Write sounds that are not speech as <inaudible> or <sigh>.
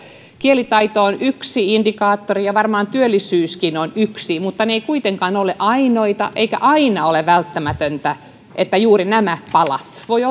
kielitaito on yksi indikaattori ja varmaan työllisyyskin on yksi mutta ne eivät kuitenkaan ole ainoita eikä aina ole välttämätöntä että juuri nämä palat voi <unintelligible>